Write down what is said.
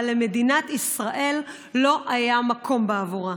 אבל למדינת ישראל לא היה מקום בעבורה.